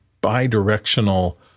bi-directional